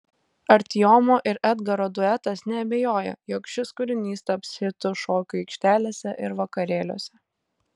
artiomo ir edgaro duetas neabejoja jog šis kūrinys taps hitu šokių aikštelėse ir vakarėliuose